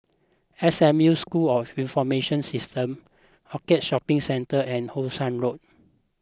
S M U School of Information Systems Orchard Shopping Centre and How Sun Road